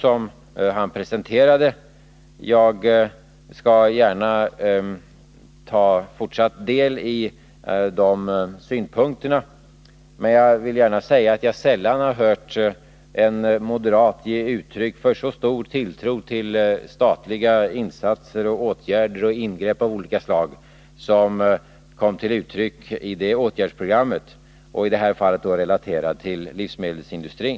Jag skall gärna fortsätta att ta del av de synpunkterna. Men jag vill framhålla att jag sällan har hört en moderat ge uttryck för så stor tilltro till statliga insatser, åtgärder och ingrepp av olika slag som kunde noteras i det åtgärdsprogrammet, i det här fallet relaterat till livsmedelsindustrin.